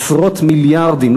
עשרות מיליארדים,